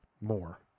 more